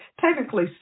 technically